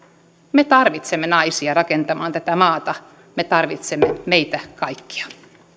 me tarvitsemme naisia rakentamaan tätä maata me tarvitsemme meitä kaikkia